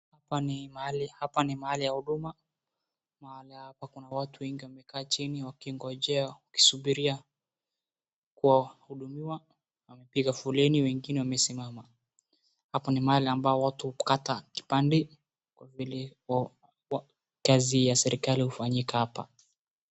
Hapa ni mahali ya huduma. Mahali hapa kuna watu wengi wamekaa chini wakingojea, wakisubiria kuhudumiwa. Wamepiga foleni wengine wamesimama. Hapo ni mahali ambapo watu hupata kipande kwa vile kazi ya serikali hufanyika hapa.